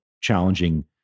challenging